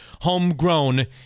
homegrown